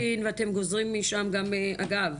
אגב,